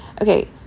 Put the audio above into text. Okay